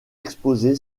exposé